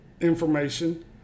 information